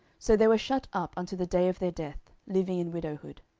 so they were shut up unto the day of their death, living in widowhood.